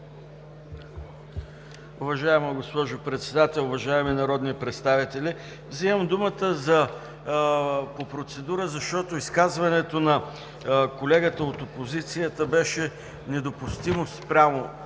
Уважаема госпожо Председател, уважаеми народни представители! Вземам думата по процедура, защото изказването на колегата от опозицията беше недопустимо съгласно